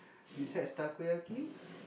besides Takoyaki